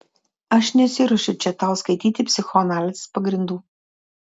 aš nesiruošiu čia tau skaityti psichoanalizės pagrindų